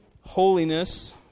Holiness